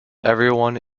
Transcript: everyone